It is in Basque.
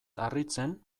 harritzen